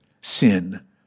sin